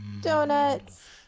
Donuts